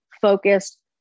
focused